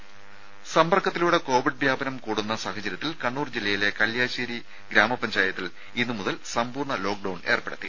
രുമ സമ്പർക്കത്തിലൂടെ കോവിഡ് വ്യാപനം കൂടുന്ന സാഹചര്യത്തിൽ ജില്ലയിലെ കണ്ണൂർ കല്യാശ്ശേരി ഗ്രാമപഞ്ചായത്തിൽ ഇന്നു മുതൽ സമ്പൂർണ്ണ ലോക്ക്ഡൌൺ ഏർപ്പെടുത്തി